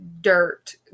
dirt